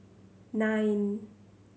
nine